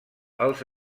els